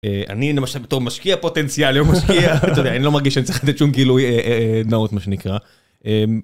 אני למשל בתור משקיע פוטנציאל, אני לא מרגיש שאני צריך לדעת שום גילוי נאות מה שנקרא.